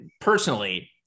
personally